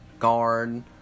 guard